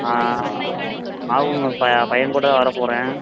ஆவுன்னு ஒரு ப பையன்கூட வரப்போகிறேன்